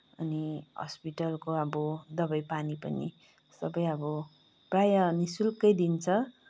अनि हस्पिटलको अब दवाई पानी पनि अब सबै प्राय नि शुल्कै दिन्छ